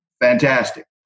fantastic